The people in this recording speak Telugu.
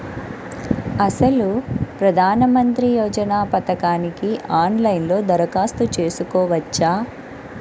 అసలు ప్రధాన మంత్రి యోజన పథకానికి ఆన్లైన్లో దరఖాస్తు చేసుకోవచ్చా?